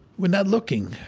we're not looking